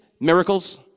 miracles